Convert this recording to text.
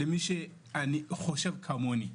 למי שחושב כמוני.